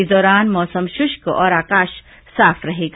इस दौरान मौसम शुष्क और आकाश साफ रहेगा